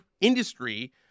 industry